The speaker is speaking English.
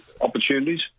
opportunities